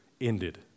ended